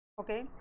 okay